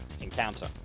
encounter